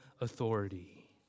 authority